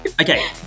Okay